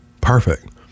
Perfect